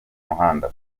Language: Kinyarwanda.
muhanda